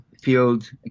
field